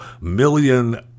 Million